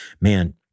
man